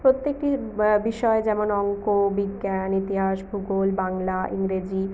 প্রত্যেকটি বিষয় যেমন অঙ্ক বিজ্ঞান ইতিহাস ভূগোল বাংলা ইংরেজি